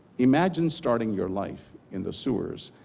imagine starting your life in the sewers?